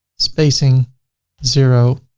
spacing zero,